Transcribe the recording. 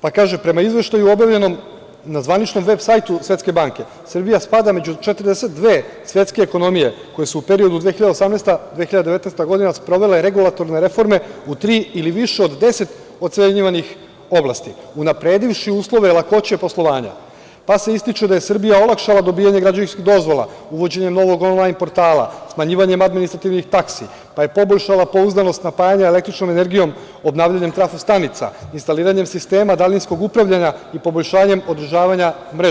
pa kaže prema izvršnoj u obavljenom na zvaničnom veb sajtu Svetske banke, Srbija spada među 42 svetske ekonomije koje su u periodu 2018. - 2019. godina, sprovela je regulatorne reforme u tri ili više od 10 ocenjivanih oblasti, unapredivši uslove lakoće i poslovanja, pa se ističe da je Srbija olakšala dobijanje građevinskih dozvola, uvođenje novog onlajn portala, smanjivanje administrativnih taksi, pa je poboljšala pouzdanost napajanjem električnom energijom obnavljanje trafostanica, instaliranjem sistema daljinskog upravljanja i poboljšanjem održavanja mreže.